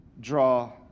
draw